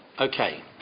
Okay